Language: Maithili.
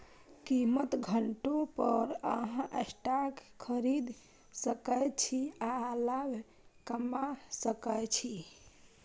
कीमत घटै पर अहां स्टॉक खरीद सकै छी आ लाभ कमा सकै छी